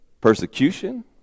persecution